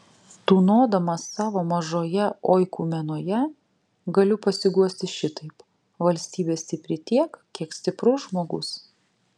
tūnodamas savo mažoje oikumenoje galiu pasiguosti šitaip valstybė stipri tiek kiek stiprus žmogus